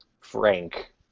Frank